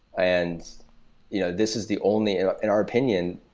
and you know this is the only and in our opinion,